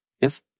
Yes